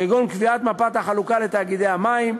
כגון קביעת מפת החלוקה לתאגידי המים,